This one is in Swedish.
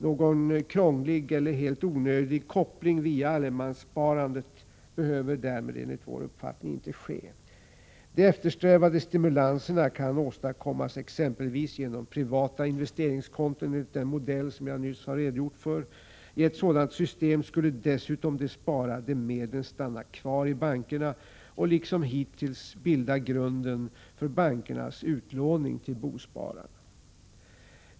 Någon krånglig och helt onödig koppling via allemanssparandet behöver därmed enligt vår uppfattning inte ske. De eftersträvade stimulanserna kan åstadkommas exempelvis genom privata investeringskonton, enligt den modell som jag nyss har redogjort för. I ett sådant system skulle dessutom de sparade medlen stanna kvar i bankerna och liksom hittills bilda grunden för bankernas utlåning till bospararna.